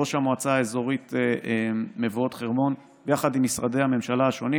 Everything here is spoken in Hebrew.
ראש המועצה האזורית מבואות חרמון ועם משרדי הממשלה השונים,